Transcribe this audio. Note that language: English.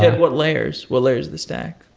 what layers what layers the stack?